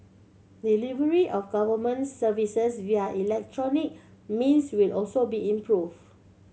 delivery of government services via electronic means will also be improved